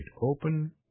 Open